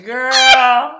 Girl